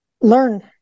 Learn